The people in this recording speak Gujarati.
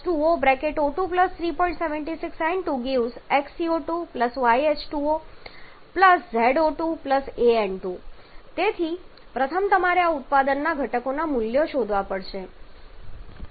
76 N2 🡪 x CO2 y H2O z O2 a N2 તેથી પ્રથમ તમારે આ ઉત્પાદનના ઘટકોના મૂલ્યો શોધવા પડશે